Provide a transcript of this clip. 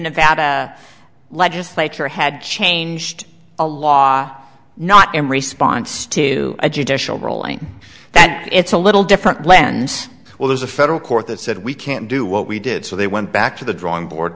nevada legislature had changed a law not in response to a judicial ruling that it's a little different blends well there's a federal court that said we can't do what we did so they went back to the drawing board